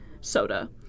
soda